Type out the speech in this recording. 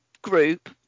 group